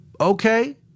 Okay